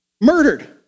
murdered